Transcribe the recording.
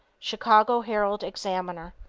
chicago herald-examiner,